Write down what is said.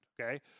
okay